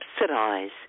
subsidize